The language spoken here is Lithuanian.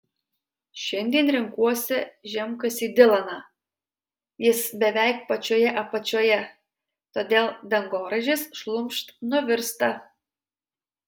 šiandien renkuosi žemkasį dilaną jis beveik pačioje apačioje todėl dangoraižis šlumšt nuvirsta